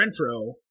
Renfro